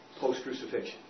Post-Crucifixion